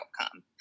outcome